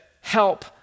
help